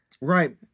Right